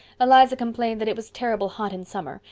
eliza complained that it was terrible hot in summer,